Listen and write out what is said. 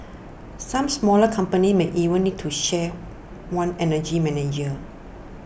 some smaller companies might even need to share one energy manager